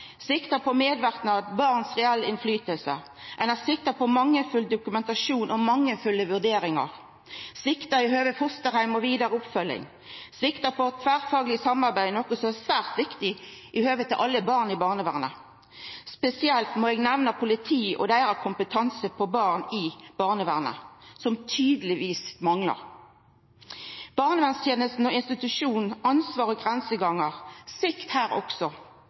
ein har svikta når det gjeld mangelfull dokumentasjon og mangelfulle vurderingar, ein har svikta i høve til fosterheim og vidare oppfølging, og ein har svikta når det gjeld tverrfagleg samarbeid, noko som er svært viktig i høve til alle barn i barnevernet. Spesielt må eg nemna politiet og deira kompetanse på barn i barnevernet, som tydelegvis